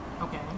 Okay